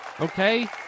okay